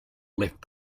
left